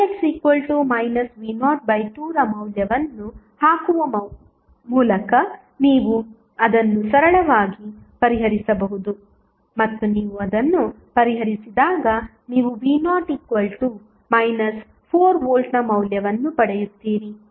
ಆದ್ದರಿಂದix v02 ರ ಮೌಲ್ಯವನ್ನು ಹಾಕುವ ಮೂಲಕ ನೀವು ಅದನ್ನು ಸರಳವಾಗಿ ಪರಿಹರಿಸಬಹುದು ಮತ್ತು ನೀವು ಅದನ್ನು ಪರಿಹರಿಸಿದಾಗ ನೀವು v0 4V ನ ಮೌಲ್ಯವನ್ನು ಪಡೆಯುತ್ತೀರಿ